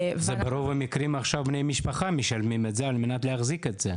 ברוב המקרים עכשיו בני משפחה משלמים את זה על מנת להחזיק את זה.